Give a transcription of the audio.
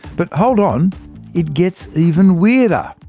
but hold on it gets even weirder.